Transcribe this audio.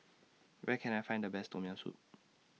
Where Can I Find The Best Tom Yam Soup